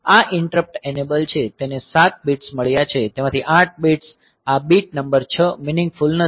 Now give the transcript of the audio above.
આ interrupt enable છે તેને 7 બિટ્સ મળ્યા છે તેમાંથી 8 બિટ્સ આ બિટ નંબર 6 મિનીંગફૂલ નથી